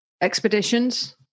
expeditions